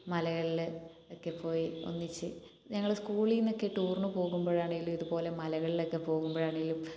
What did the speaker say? മലകളിൽ ഒക്കെ പോയി ഒന്നിച്ച് ഞങ്ങൾ സ്കൂളീന്നൊക്കെ ടൂറിന് പോകുമ്പോഴാണേലും ഇതുപോലെ മലകളിലൊക്കെ പോകുമ്പോഴാണേലും